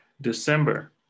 December